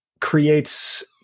creates